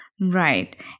Right